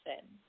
sin